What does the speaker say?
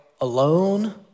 alone